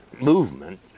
movement